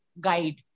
guide